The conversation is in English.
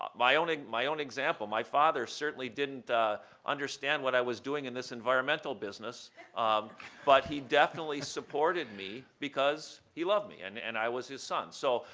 my own ah my own example, my father certainly didn't understand what i was doing in this environmental business um but he definitely supported me because he loved me, and and i was his son. so,